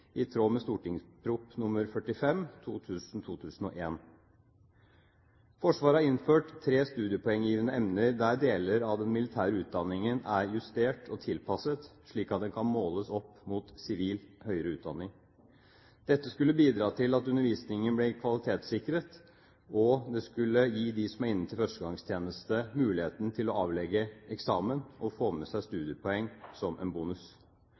i tråd med St.prp. nr. 45 for 2000–2001. Forsvaret har innført tre studiepoenggivende emner der deler av den militære utdanningen er justert og tilpasset, slik at den kan måles opp mot sivil høyere utdanning. Dette skulle bidra til at undervisningen ble kvalitetssikret, og det skulle gi dem som er inne til førstegangstjeneste, mulighet til å avlegge eksamen og få med seg studiepoeng som en bonus.